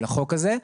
של החוק הזה,